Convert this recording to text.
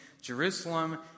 Jerusalem